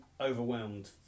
overwhelmed